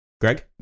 greg